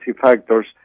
factors